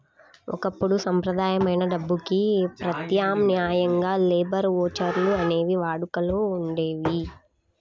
ఒకప్పుడు సంప్రదాయమైన డబ్బుకి ప్రత్యామ్నాయంగా లేబర్ ఓచర్లు అనేవి వాడుకలో ఉండేయి